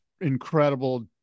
incredible